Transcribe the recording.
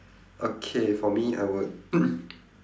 okay for me I would